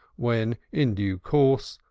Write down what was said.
when, in due course,